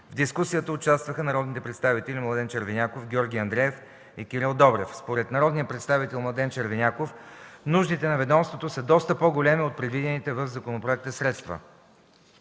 В дискусията участваха народните представители Младен Червеняков, Георги Андреев и Кирил Добрев. Според народния представител Младен Червеняков, нуждите на ведомството са доста по-големи от предвидените в законопроекта средства.